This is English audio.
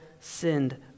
sinned